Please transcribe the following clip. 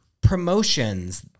promotions